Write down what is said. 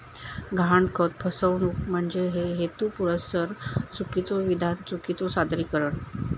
गहाणखत फसवणूक म्हणजे हेतुपुरस्सर चुकीचो विधान, चुकीचो सादरीकरण